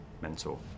mentor